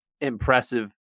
impressive